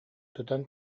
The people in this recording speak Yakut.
тутан